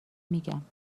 میگم